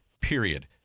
Period